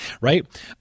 right